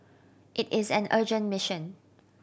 it is an urgent mission